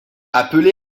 appelez